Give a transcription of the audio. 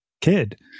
kid